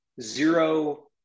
zero